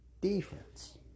defense